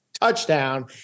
touchdown